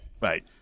Right